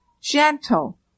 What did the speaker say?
gentle